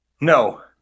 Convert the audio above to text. No